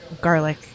garlic